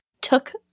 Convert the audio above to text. took